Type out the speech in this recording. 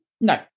no